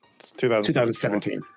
2017